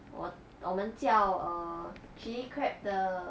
我我们叫 err chilli crab 的